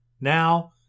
Now